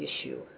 issue